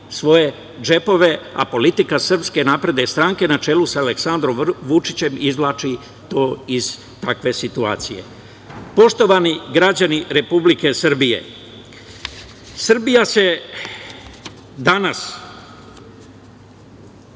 svoje džepove, a politika SNS na čelu sa Aleksandrom Vučićem izvlači to iz takve situacije. Poštovani građani Republike Srbije, Srbija danas